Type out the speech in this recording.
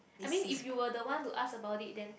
I mean if you were the one to ask about it then